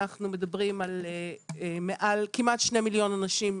אנחנו מדברים על כמעט 2 מיליון אנשים,